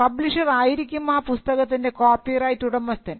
publisher ആയിരിക്കും ആ പുസ്തകത്തിൻറെ കോപ്പിറൈറ്റ് ഉടമസ്ഥൻ